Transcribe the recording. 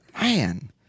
man